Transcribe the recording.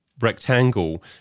rectangle